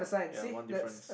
ya one difference